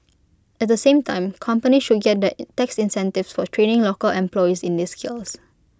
at the same time company should get that tax incentives for training local employees in these skills